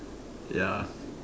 ya